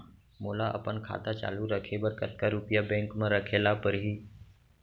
मोला अपन खाता चालू रखे बर कतका रुपिया बैंक म रखे ला परही?